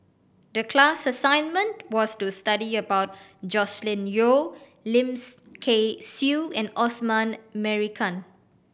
the class assignment was to study about Joscelin Yeo Lim Kay Siu and Osman Merican